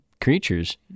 creatures